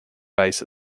bass